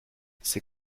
ces